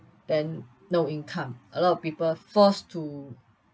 and no income a lot of people forced to